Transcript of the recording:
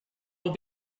will